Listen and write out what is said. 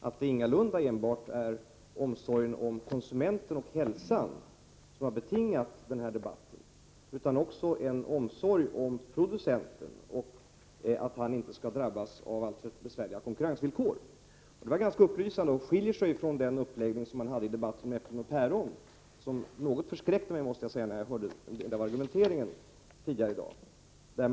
Fru talman! Agne Hanssons uppläggning visar att det ingalunda enbart är omsorg om konsumenterna och deras hälsa som har betingat denna debatt, utan också en omsorg om producenterna och att de inte skall drabbas av alltför besvärliga konkurrensvillkor. Detta var ganska upplysande. Uppläggningen skilde sig från den som man hade i debatten om äpplen och päron. När jag hörde en del av argumenteringen tidigare i dag, blev jag något förskräckt.